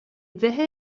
vefe